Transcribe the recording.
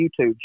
YouTube